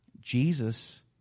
Jesus